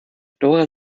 dora